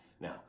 Now